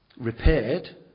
repaired